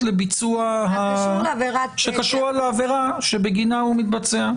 שקשורות לעבירה שבגינה הוא מתבצע,